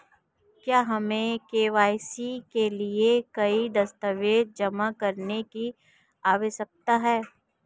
क्या हमें के.वाई.सी के लिए कोई दस्तावेज़ जमा करने की आवश्यकता है?